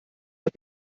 hat